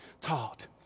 taught